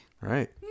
Right